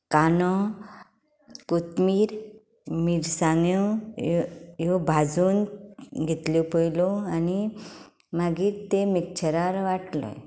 कांदो कोथमीर मिरसांग्यो ह्यो भाजून घेतल्यो पयल्यो आनी मागीर तें मिक्छरार वांटलें